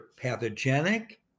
pathogenic